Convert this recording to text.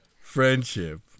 friendship